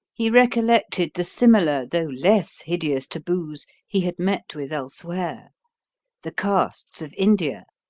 he recollected the similar though less hideous taboos he had met with elsewhere the castes of india,